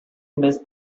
miss